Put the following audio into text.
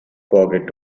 forget